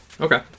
Okay